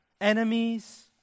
enemies